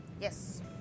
Yes